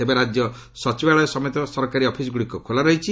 ତେବେ ରାଜ୍ୟ ସଚିବାଳୟ ସମେତ ସରକାରୀ ଅଫିସ୍ଗୁଡ଼ିକ ଖୋଲା ରହିଛି